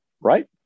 right